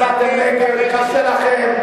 קשה לכם.